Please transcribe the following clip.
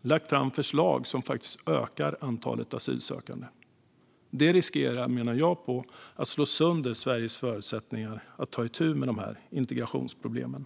lagt fram förslag som ökar antalet asylsökande. Jag menar att det riskerar att slå sönder Sveriges förutsättningar att ta itu med integrationsproblemen.